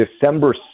December